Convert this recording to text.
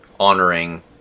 honoring